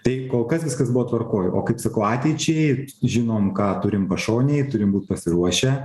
tai kol kas viskas buvo tvarkoj o kaip sakau ateičiai ir žinom ką turim pašonėj turim būt pasiruošę